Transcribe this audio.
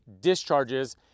discharges